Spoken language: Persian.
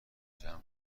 جمع